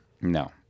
No